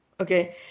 okay